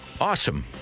Awesome